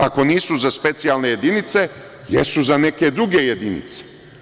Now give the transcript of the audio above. Ako nisu za specijalne jedinice, jesu za neke druge jedinice.